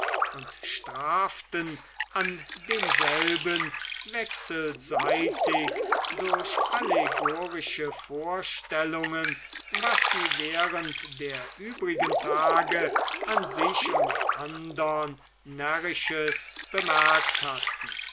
und straften an demselben wechselseitig durch allegorische vorstellungen was sie während der übrigen tage an sich und andern närrisches bemerkt hatten